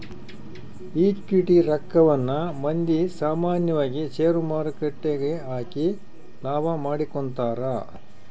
equity ರಕ್ಕವನ್ನ ಮಂದಿ ಸಾಮಾನ್ಯವಾಗಿ ಷೇರುಮಾರುಕಟ್ಟೆಗ ಹಾಕಿ ಲಾಭ ಮಾಡಿಕೊಂತರ